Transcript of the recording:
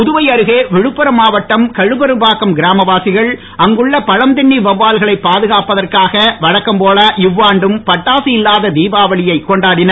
புதுவை அருகே விழுப்புரம் மாவட்டம் கழுபெரும்பாக்கம் கிராமவாசிகள் அங்குள்ள பழம்தின்னி வவால்களை பாதுகாப்பதற்காக வழக்கம் போல இவ்வாண்டும் பட்டாக இல்லாத தீபாவளியை கொண்டாடினர்